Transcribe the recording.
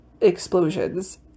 explosions